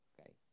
Okay